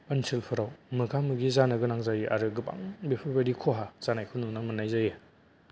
ओनसोलफोराव मोगा मोगि जानो गोनां जायो आरो गोबां बेफोरबायदि खहा जानायखौ नुनो मोननाय जायो